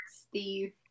Steve